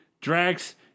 drags